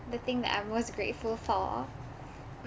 the thing that I'm most grateful for